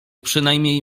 przynajmniej